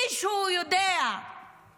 מישהו יודע מתי